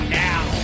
now